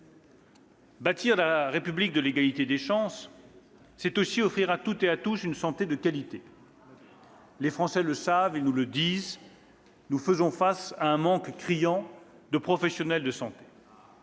Bâtir la République de l'égalité des chances, c'est aussi offrir à toutes et à tous une santé de qualité. « Les Français le savent, ils nous le disent, nous faisons face à un manque criant de professionnels de santé.